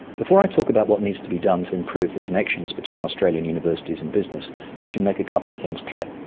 before i talk about what needs to be done to improve the connections between australian universities and business i should make a couple of things clear.